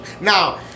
Now